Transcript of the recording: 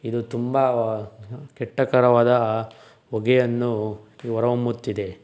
ಇದು ತುಂಬ ಕೆಟ್ಟಕರವಾದ ಹೊಗೆಯನ್ನು ಇದು ಹೊರ ಹೊಮ್ಮುತ್ತಿದೆ